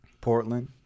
Portland